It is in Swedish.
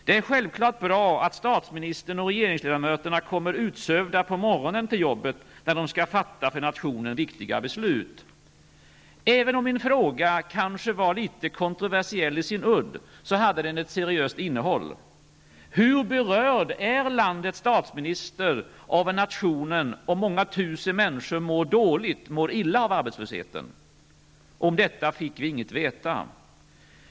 Det är självfallet bra att statsministern och regeringsledamöterna kommer utsövda på morgonen till jobbet, där de skall fatta för nationen viktiga beslut. Även om min fråga kanske var litet kontroversiell i sin udd, hade den ett seriöst innehåll. Hur berörd är landets statsminister av att nationen och många tusen människor mår dåligt, mår illa av arbetslösheten? Om detta fick vi inget veta.